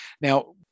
now